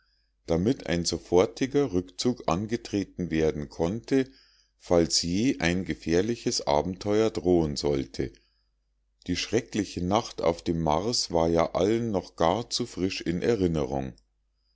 damit ein sofortiger rückzug angetreten werden konnte falls je ein gefährliches abenteuer drohen sollte die schreckliche nacht auf dem mars war ja allen noch gar zu frisch in erinnerung